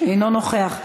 אינו נוכח,